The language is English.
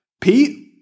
Pete